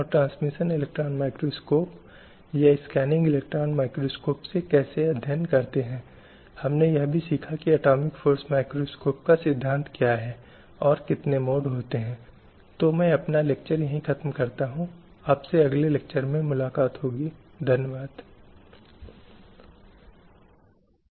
इसलिए इन अधिवेशनों के प्रयासों से यह समझने की कोशिश की जाएगी कि राज्य पर किस प्रकार के दायित्वों को लागू किया गया था और अन्य अंतरराष्ट्रीय कदम उठाए गए हैं हम अगले व्याख्यान में संबोधित करने का प्रयास करेंगे